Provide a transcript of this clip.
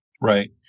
Right